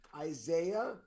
Isaiah